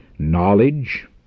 Knowledge